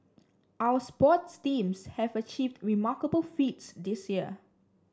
our sports teams have achieved remarkable feats this year